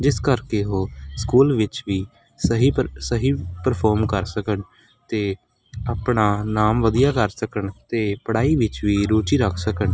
ਜਿਸ ਕਰਕੇ ਉਹ ਸਕੂਲ ਵਿੱਚ ਵੀ ਸਹੀ ਪਰ ਸਹੀ ਪਰਫੋਰਮ ਕਰ ਸਕਣ ਅਤੇ ਆਪਣਾ ਨਾਮ ਵਧੀਆ ਕਰ ਸਕਣ ਅਤੇ ਪੜ੍ਹਾਈ ਵਿੱਚ ਵੀ ਰੁਚੀ ਰੱਖ ਸਕਣ